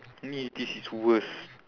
ni this is worse